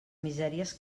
misèries